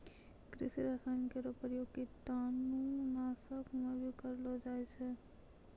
कृषि रसायन केरो प्रयोग कीटाणु नाशक म भी करलो जाय छै